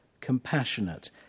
compassionate